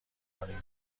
کنیم